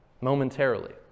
momentarily